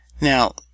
now